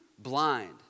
Blind